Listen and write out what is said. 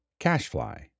Cashfly